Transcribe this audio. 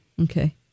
Okay